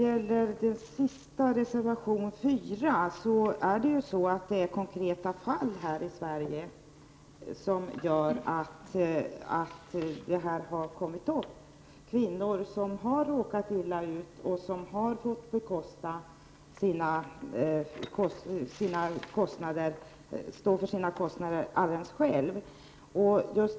Vad gäller reservation 4 kan sägas att det är konkreta fall här i Sverige som Jör att frågan om stödåtgärder till kvinnor som utsatts för våldtäkt utomlands kommit upp till debatt. Det har hänt att kvinnor som råkat illa ut själva har fått stå för rättshjälpskostnaderna.